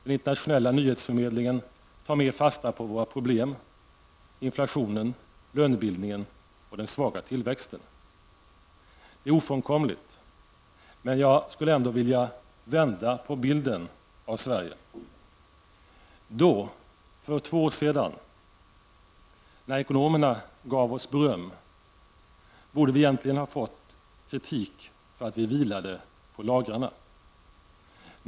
Den internationella nyhetsförmedlingen tar mera fasta på våra problem, inflationen, lönebildningen och den svaga tillväxten. Det är ofrånkomligt. Men jag skulle ändå vilja vända på bilden av Sverige. Då, för två år sedan, när ekonomerna gav oss beröm, borde vi egentligen ha blivit utsatta för kritik för att vi vilade på lagrarna.